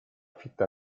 fitta